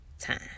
time